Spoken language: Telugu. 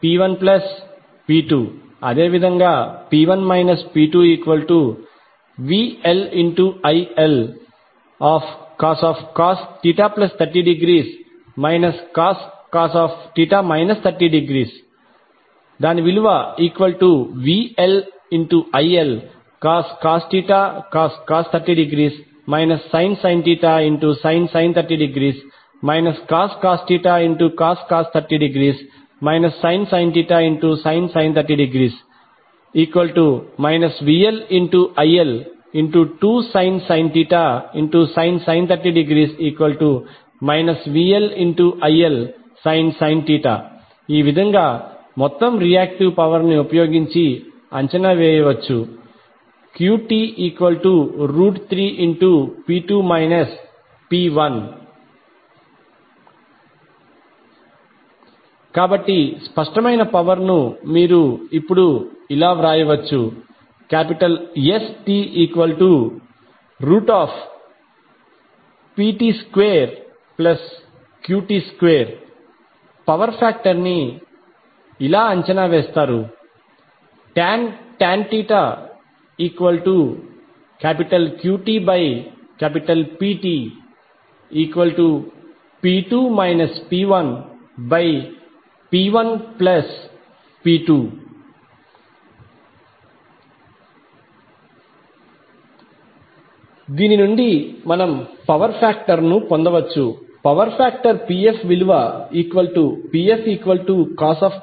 PTP1P2 అదేవిధంగా P1 P2VLILcos 30° cos 30° VLILcos cos 30° sin sin 30° cos cos 30° sin sin 30° VLIL2sin sin 30° VLILsin ఈ విధంగా మొత్తం రియాక్టివ్ పవర్ ని ఉపయోగించి అంచనా వేయవచ్చు QT3 కాబట్టి స్పష్టమైన పవర్ ను మీరు ఇప్పుడు ఇలా వ్రాయవచ్చు STPT2QT2 పవర్ ఫాక్టర్ ని ఇలా అంచనా వేస్తారు tan QTPTP2 P1P1P2 దీని నుండి మనం పవర్ ఫాక్టర్ ను పొందవచ్చు pfcos